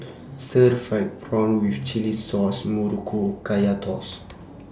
Stir Fried Prawn with Chili Sauce Muruku and Kaya Toast